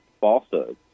falsehoods